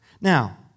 Now